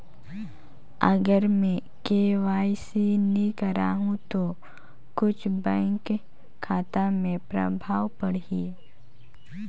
अगर मे के.वाई.सी नी कराहू तो कुछ बैंक खाता मे प्रभाव पढ़ी?